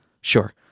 Sure